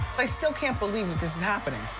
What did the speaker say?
i still can't believe that this is happening.